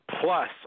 Plus